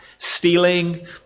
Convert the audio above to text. stealing